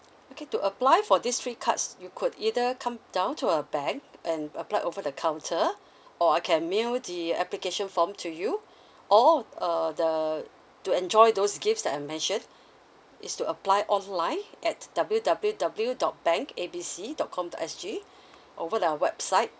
okay to apply for these three cards you could either come down to a bank and apply over the counter or I can mail the application form to you or uh the to enjoy those gifts that I've mentioned is to apply online at W_W_W dot bank A B C dot com dot S_G over the website